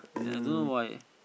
ya I don't know why